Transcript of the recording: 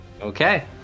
Okay